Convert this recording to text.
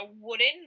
wooden